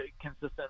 consistent